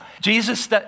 Jesus